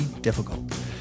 difficult